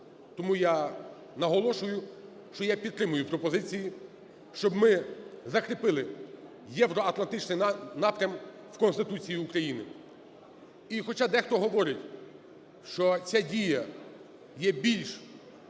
Тому я наголошую, що я підтримую пропозиції, щоб ми закріпили євроатлантичний напрям в Конституції України. І хоча дехто говорить, що ця дія є більш